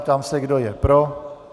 Ptám se, kdo je pro.